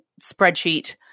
spreadsheet